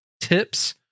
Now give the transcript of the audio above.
tips